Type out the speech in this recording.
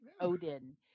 Odin